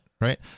right